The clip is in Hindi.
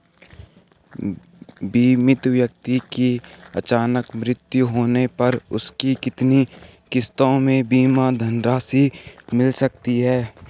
बीमित व्यक्ति के अचानक मृत्यु होने पर उसकी कितनी किश्तों में बीमा धनराशि मिल सकती है?